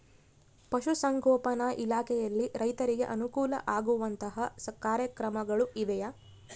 ಪಶುಸಂಗೋಪನಾ ಇಲಾಖೆಯಲ್ಲಿ ರೈತರಿಗೆ ಅನುಕೂಲ ಆಗುವಂತಹ ಕಾರ್ಯಕ್ರಮಗಳು ಇವೆಯಾ?